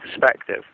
perspective